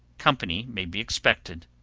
company may be expected.